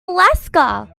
alaska